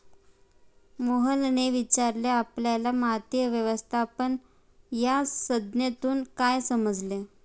मोहनने विचारले आपल्याला माती व्यवस्थापन या संज्ञेतून काय समजले?